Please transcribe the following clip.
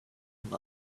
him